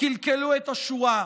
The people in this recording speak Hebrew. קלקלו את השורה.